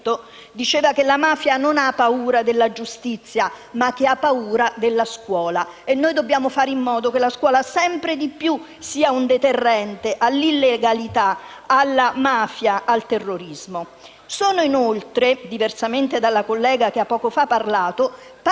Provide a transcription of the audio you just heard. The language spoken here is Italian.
diceva che la mafia non ha paura della giustizia, ma ha paura della scuola e noi dobbiamo fare in modo che la scuola sia sempre di più un deterrente all'illegalità, alla mafia e al terrorismo. Diversamente dalla collega che ha parlato poco